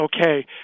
okay